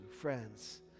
friends